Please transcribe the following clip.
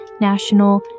national